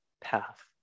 Path